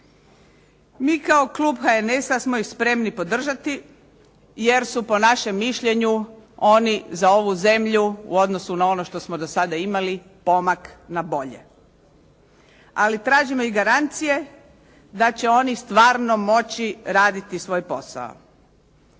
Mi kao klub HNS-a smo ih spremni podržati, jer su po našem mišljenju oni za ovu zemlju u odnosu na ono što smo do sada imali pomak na bolje. Ali tražimo i garancije da će oni stvarno moći raditi svoj posao.